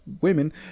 women